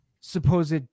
supposed